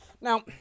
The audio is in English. Now